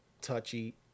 touchy